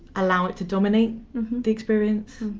allow it to dominate the experience.